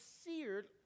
seared